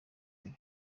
kure